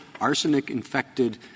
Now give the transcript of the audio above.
arsenic-infected